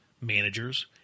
managers